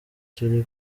turi